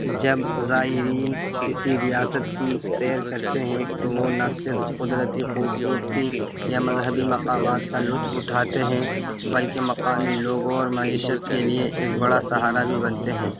جب زائرین کسی ریاست کی سیر کرتے ہیں تو وہ نہ صرف قدرتی خوبصورتی یا مذہبی مقامات کا لطف اٹھاتے ہیں بلکہ مقامی لوگوں اور معیشت کے لیے ایک بڑا سہارا بھی بنتے ہیں